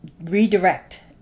redirect